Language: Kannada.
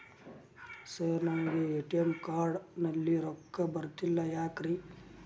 ಸರ್ ನನಗೆ ಎ.ಟಿ.ಎಂ ಕಾರ್ಡ್ ನಲ್ಲಿ ರೊಕ್ಕ ಬರತಿಲ್ಲ ಯಾಕ್ರೇ?